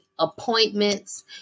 appointments